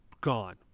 gone